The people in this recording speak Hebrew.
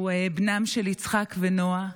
הוא בנם של יצחק ונועה,